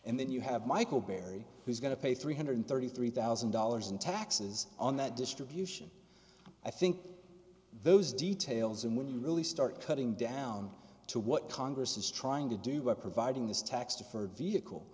and then you have michael barry who's going to pay three hundred and thirty three thousand dollars in taxes on that distribution i think those details and when you really start cutting down to what congress is trying to do by providing this tax deferred vehicle